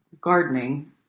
gardening